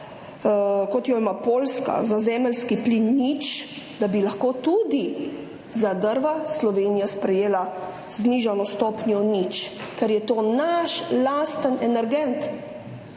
kot jo ima Poljska za zemeljski plin – nič, da bi lahko Slovenija tudi za drva sprejela znižano stopnjo nič, ker je to naš lasten energent,